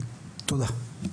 תודה.